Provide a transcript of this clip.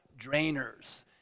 drainers